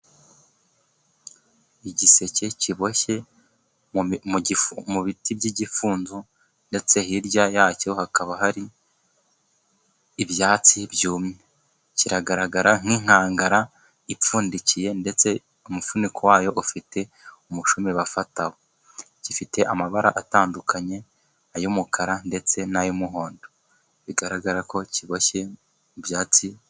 Igiseke kiboshye mu biti by'igipfunzo, ndetse hirya yacyo hakaba hari ibyatsi byumye, kiragaragara nk'inkangara ipfundikiye, ndetse umufuniko wayo ufite umushomi bafataho, gifite amabara atandukanye, ay'umukara ndetse n'ay'umuhondo, bigaragara ko kiboshye mu byatsi.